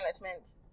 management